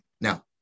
Now